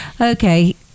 okay